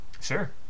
Sure